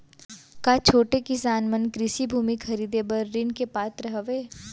का छोटे किसान मन कृषि भूमि खरीदे बर ऋण के पात्र हवे?